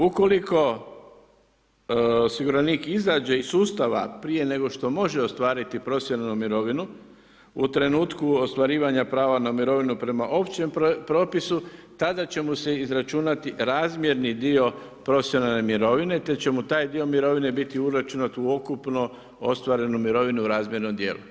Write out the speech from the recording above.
Ukoliko osiguranik izađe iz sustava prije nego što može ostvariti profesionalnu mirovinu, u trenutku ostvarivanja prava na mirovinu prema općem propisu, tada će mu se izračunati razmjerni dio profesionalne mirovine te će mu taj dio mirovine biti uračunat u ukupno ostvarenu mirovinu razmjernu djelu.